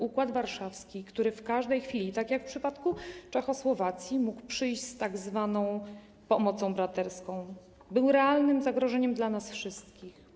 Układ Warszawski, który w każdej chwili, tak jak w przypadku Czechosłowacji, mógł przyjść z tzw. braterską pomocą, był realnym zagrożeniem dla nas wszystkich.